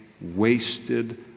wasted